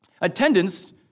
Attendance